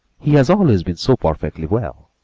he has always been so perfectly well,